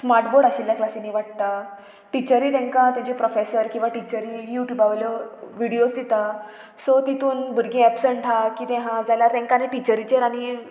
smart board आशिल्ल्या क्लासीनी वाडटा टिचरी तांकां तेजे प्रोफेसर किंवां टिचरी यूट्यूबा वयल्यो विडियोज दिता सो तितून भुरगीं एबसंट आहा किदें आहा जाल्यार तेंकां आनी टिचरीचेर आनी